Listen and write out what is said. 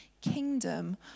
kingdom